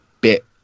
bit